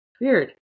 Weird